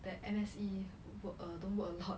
that M_S_E work err don't work a lot